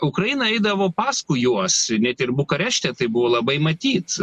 ukraina eidavo paskui juos net ir bukarešte tai buvo labai matyt